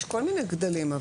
יש כל מיני גדלים.